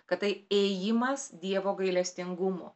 kad tai ėjimas dievo gailestingumo